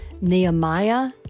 Nehemiah